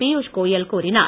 பியூஷ் கோயல் கூறினார்